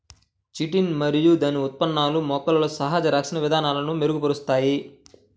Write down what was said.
chitin మరియు దాని ఉత్పన్నాలు మొక్కలలో సహజ రక్షణ విధానాలను మెరుగుపరుస్తాయి